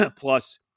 plus